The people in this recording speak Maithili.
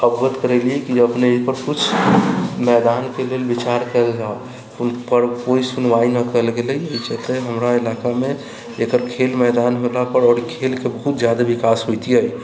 अवगत करेलियै कि अपने एहि पर किछु मैदानके लेल विचार करल जाय ओहि पर कोइ सुनवाइ नहि कयल गेलै किछु हमरा इलाकामे एकर खेल मैदान भेला पर आओर खेलके बहुत जादा विकास होतियै